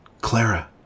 Clara